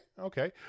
okay